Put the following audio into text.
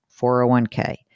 401k